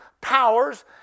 powers